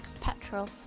petrol